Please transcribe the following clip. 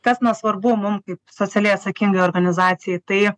kas va svarbu mum kaip socialiai atsakingai organizacijai tai